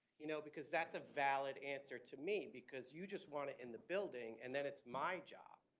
you know, because that's a valid answer to me because you just want it in the building and then it's my job.